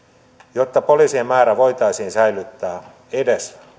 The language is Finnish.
jotta poliisien määrä voitaisiin säilyttää edes